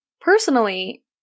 Personally